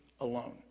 alone